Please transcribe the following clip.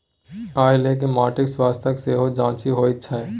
आयकाल्हि माटिक स्वास्थ्यक सेहो जांचि होइत छै